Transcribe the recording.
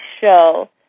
show